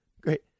Great